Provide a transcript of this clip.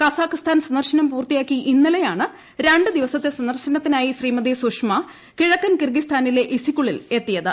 Kazakhstan സന്ദർശനം പൂർത്തിയാക്കി ഇന്നലെയാണ് രണ്ട് ദിവസത്തെ സന്ദർശനത്തിനായി ശ്രീമതി സുഷമ കിഴക്കൻ കിർഗിസ്ഥാനിലെ ഇസിക്കുളിൽ എത്തിയത്